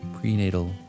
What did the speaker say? prenatal